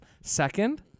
Second